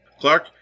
Clark